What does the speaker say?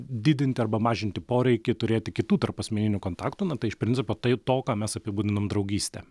didinti arba mažinti poreikį turėti kitų tarpasmeninių kontaktų na tai iš principo tai to ką mes apibūdinam draugyste